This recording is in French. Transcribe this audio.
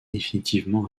définitivement